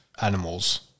animals